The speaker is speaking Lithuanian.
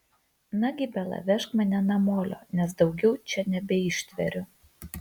nagi bela vežk mane namolio nes daugiau čia nebeištveriu